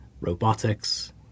Robotics